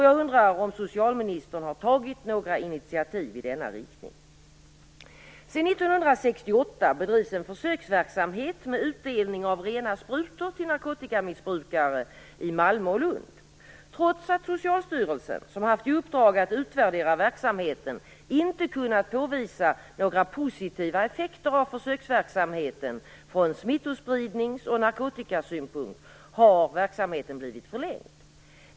Jag undrar om socialministern har tagit några initiativ i denna riktning. Malmö och Lund. Trots att Socialstyrelsen, som har haft i uppdrag att utvärdera verksamheten, inte kunnat påvisa några positiva effekter av försöksverksamheten från smittospridnings och narkotikasynpunkt har verksamheten blivit förlängd.